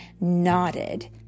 nodded